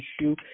issue